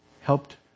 helped